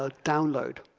ah download